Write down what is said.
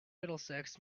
middlesex